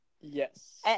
Yes